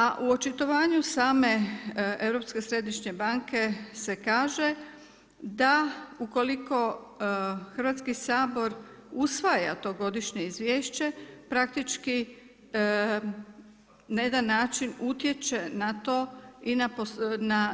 A u očitovanju same Europske središnje banke se kaže da u koliko Hrvatski sabor usvaja to godišnje izviješće praktički na jedan način utječe na to i